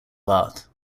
bath